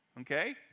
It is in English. Okay